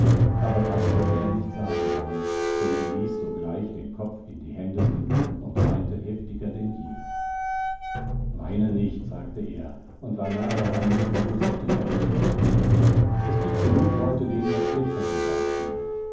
aber das hätte er nicht sagen sollen denn sie ließ sogleich den kopf in die hände sinken und weinte heftiger denn je weine nicht sagte er und war nahe daran mit dem fuß auf die erde zu stampfen es gibt genug leute denen es schlechter geht als dir